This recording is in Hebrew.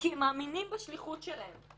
כי הם מאמינים בשליחות שלהם,